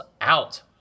out